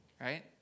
right